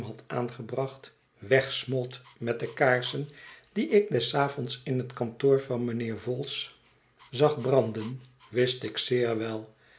aangebracht wegsmolt met de kaarsen die ik des avonds in het kantoor van mijnheer vholes zag branden wist ik zeer wel